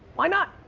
why not?